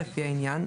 לפי העניין,